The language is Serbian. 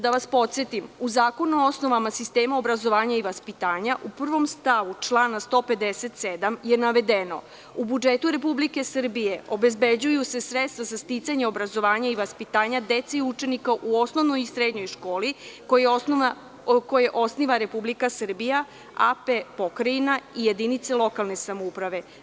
Da vas podsetim, u Zakonu o osnovama sistema obrazovanja i vaspitanja, u prvom stavu člana 157. je navedeno – u budžetu Republike Srbije obezbeđuju se sredstva za sticanje obrazovanja i vaspitanja dece i učenika u osnovnoj i srednjoj školi koji osniva Republika Srbija, AP i jedinice lokalne samouprave.